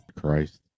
Christ